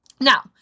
Now